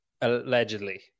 Allegedly